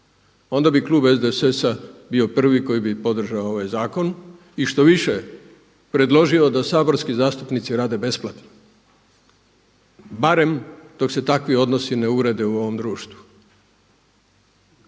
onda bi klub SDSS-a bio prvi koji bi podržao ovaj zakon. I štoviše predložio da saborski zastupnici rade besplatno barem dok se takvi odnosi ne urede u ovom društvu.